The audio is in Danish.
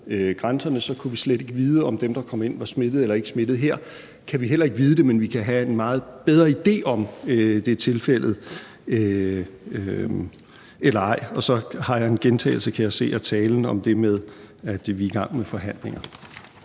grænserne, så slet ikke kunne vide, om dem, der var kommet ind, var smittet eller ikke var smittet. Her kan vi heller ikke vide det, men vi kan have en meget bedre idé om, om det er tilfældet eller ej. Og så kan jeg se, at jeg har en gentagelse i talen om det med, at vi er i gang med forhandlinger.